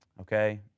Okay